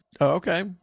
okay